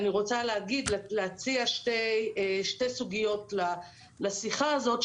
אני רוצה להציע שתי סוגיות לשיחה הזאת,